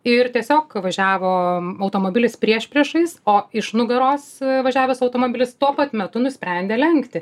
ir tiesiog važiavo automobilis priešpriešiais o iš nugaros važiavęs automobilis tuo pat metu nusprendė lenkti